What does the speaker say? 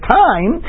time